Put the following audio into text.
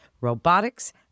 robotics